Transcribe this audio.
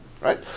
right